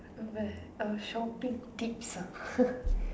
uh shopping tips ah